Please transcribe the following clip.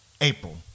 April